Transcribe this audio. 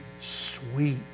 sweet